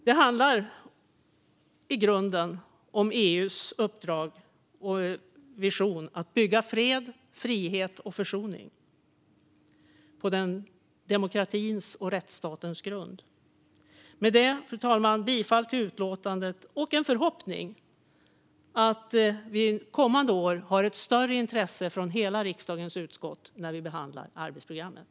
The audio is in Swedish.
Det handlar i grunden om EU:s uppdrag och vision att bygga fred, frihet och försoning på demokratins och rättsstatens grund. Fru talman! Jag yrkar bifall till förslaget i utlåtandet. Jag har en förhoppning om att det kommande år visas större intresse från riksdagens utskott när vi behandlar arbetsprogrammet.